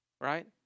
right